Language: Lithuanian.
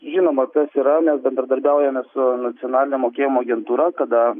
žinoma tas yra mes bendradarbiaujame su nacionaline mokėjimo agentūra kada